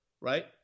right